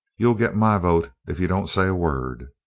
you'll get my vote if you don't say a word.